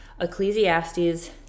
Ecclesiastes